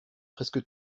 presque